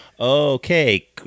okay